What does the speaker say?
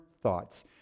thoughts